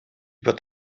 wird